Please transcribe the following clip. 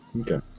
okay